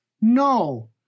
No